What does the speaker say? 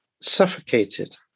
suffocated